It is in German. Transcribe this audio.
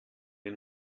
wir